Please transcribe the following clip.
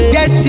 Yes